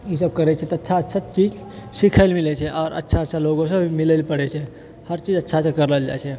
ई सब करै छै तऽ अच्छा अच्छा चीज सीखै लऽ मिलै छै आओर अच्छा अच्छा लोगो सब मिलै लऽ पड़ै छै हर चीज अच्छा अच्छा करल जाइत छै